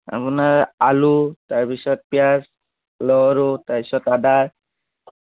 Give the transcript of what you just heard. আপোনাৰ আলু তাৰ পিছত পিঁয়াজ নহৰু তাৰ পাছত আদা